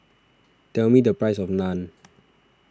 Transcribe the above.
tell me the price of Naan